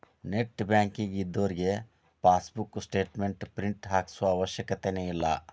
net banking ಇದ್ದೋರಿಗೆ passbook statement print ಹಾಕ್ಸೋ ಅವಶ್ಯಕತೆನ ಇಲ್ಲಾ